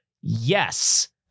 yes